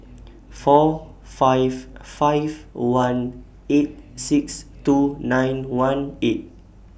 four five five one eight six two nine one eight